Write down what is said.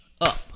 up